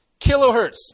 kilohertz